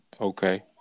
Okay